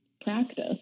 practice